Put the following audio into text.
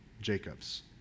Jacob's